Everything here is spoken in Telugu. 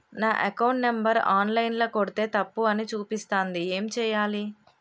నా అకౌంట్ నంబర్ ఆన్ లైన్ ల కొడ్తే తప్పు అని చూపిస్తాంది ఏం చేయాలి?